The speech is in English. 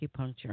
acupuncture